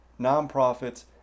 nonprofits